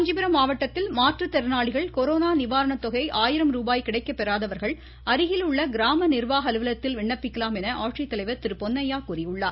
காஞ்சிபுரம் மாவட்டத்தில் மாற்றுத்திறனாளிகள் கொரோனா நிவாரண தொகை ஆயிரம் ருபாய் கிடைக்கப்பெறாதவர்கள் அருகில் உள்ள கிராம நிர்வாக அலுவலகத்தில் விண்ணப்பிக்கலாம் என கூறியுள்ளார்